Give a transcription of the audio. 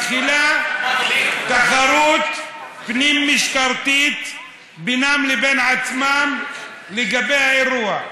מתחילה תחרות פנים-משטרתית בינם לבין עצמם לגבי האירוע.